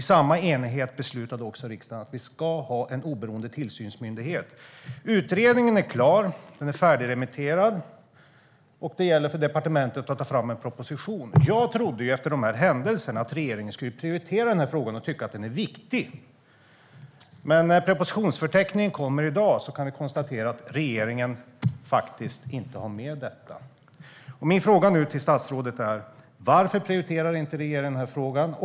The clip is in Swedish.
I samma enighet beslutade riksdagen att det ska finnas en oberoende tillsynsmyndighet. Utredningen är klar och är färdigremitterad. Det gäller för departementet att ta fram en proposition. Jag trodde efter dessa händelser att regeringen skulle prioritera frågan och tycka att den är viktig. Men när propositionsförteckningen kommer till oss i dag kan vi konstatera att regeringen faktiskt inte har med den frågan. Varför prioriterar inte regeringen frågan?